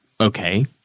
okay